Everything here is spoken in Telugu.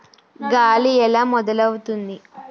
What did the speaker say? గాలి ఎలా మొదలవుతుంది?